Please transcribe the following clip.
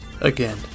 again